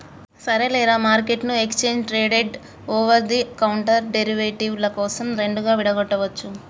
సరేలేరా, మార్కెట్ను exchange traded over the counter derivative ల కోసం రెండుగా విడగొట్టొచ్చు